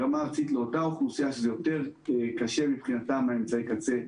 לאותה אוכלוסייה שיותר קשה מבחינתה לעשות שימוש באמצעי קצה.